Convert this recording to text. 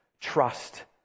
Trust